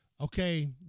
Okay